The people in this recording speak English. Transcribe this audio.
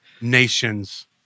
nation's